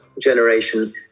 generation